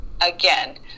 Again